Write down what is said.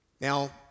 Now